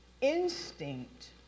instinct